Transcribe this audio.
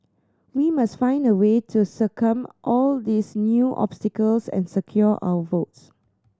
we must find a way to circumvent all these new obstacles and secure our votes